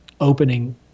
opening